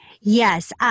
Yes